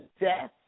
death